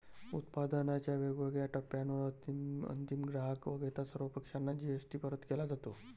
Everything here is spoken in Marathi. उत्पादनाच्या वेगवेगळ्या टप्प्यांवर अंतिम ग्राहक वगळता सर्व पक्षांना जी.एस.टी परत केला जातो